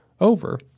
over